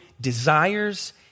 desires